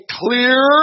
clear